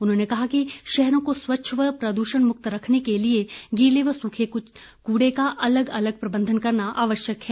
उन्होंने कहा कि शहरों को स्वच्छ व प्रदूषण मुक्त रखने के लिए गीले व सूखे कूड़े का अलग अलग प्रबंधन करना आवश्यक है